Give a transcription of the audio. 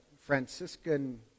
Franciscan